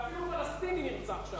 אפילו פלסטיני נרצח שם.